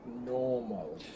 normal